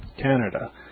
Canada